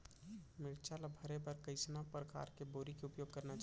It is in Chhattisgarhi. मिरचा ला भरे बर कइसना परकार के बोरी के उपयोग करना चाही?